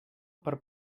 per